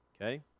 Okay